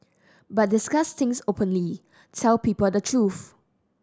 but discuss things openly tell people the truth